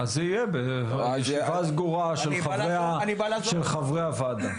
אז זה יהיה בישיבה סגורה של חברי הוועדה.